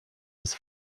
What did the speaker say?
was